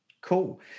Cool